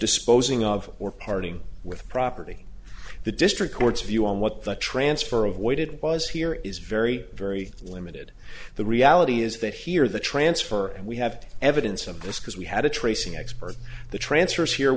disposing of or parting with property the district court's view on what the transfer of weighted was here is very very limited the reality is that here the transfer and we have evidence of this because we had a tracing expert the transfers here